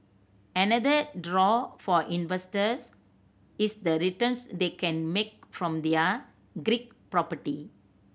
another draw for investors is the returns they can make from their Greek property